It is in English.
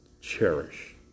Cherish